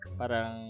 parang